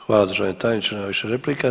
Hvala državni tajniče, nema više replika.